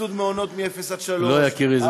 סבסוד מעונות מגיל אפס עד שלוש, לא, יקירי.